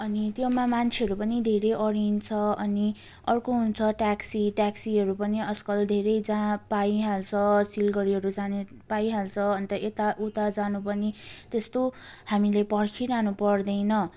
अनि त्यसमा मान्छेहरू पनि धेरै अडिन्छ अनि अर्को हुन्छ ट्याक्सी ट्याक्सीहरू पनि आजकल धेरै जहाँ पाइहाल्छ सिलगढीहरू जाने पाइहालिन्छ अन्त यताउता जानु पनि त्यस्तो हामीले पर्खिरहनु पर्दैन